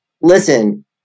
listen